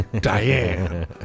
Diane